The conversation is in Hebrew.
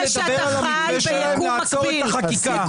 לדבר על המתווה שלהם לעצור את החקיקה.